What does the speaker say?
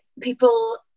people